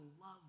love